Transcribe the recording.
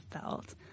felt